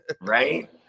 right